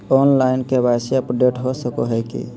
Online KYC update हो सको है की?